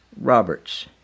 Roberts